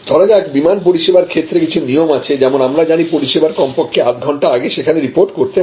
ধরা যাক বিমান পরিষেবার ক্ষেত্রে কিছু নিয়ম আছে যেমন আমরা জানি পরিষেবার কমপক্ষে আধঘন্টা আগে সেখানে রিপোর্ট করতে হবে